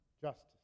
justice